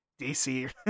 DC